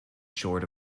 short